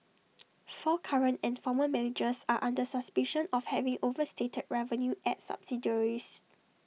four current and former managers are under suspicion of having overstated revenue at subsidiaries